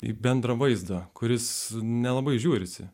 į bendrą vaizdą kuris nelabai žiūrisi